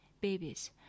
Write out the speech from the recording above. babies